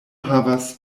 havas